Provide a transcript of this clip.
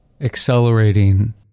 accelerating